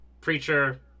Preacher